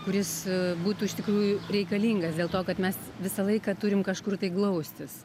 kuris būtų iš tikrųjų reikalingas dėl to kad mes visą laiką turim kažkur glaustis